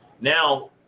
Now